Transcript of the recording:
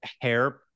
hair